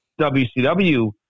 WCW